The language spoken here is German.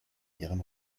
ihren